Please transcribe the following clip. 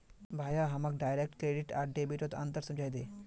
भाया हमाक direct credit आर डेबिटत अंतर समझइ दे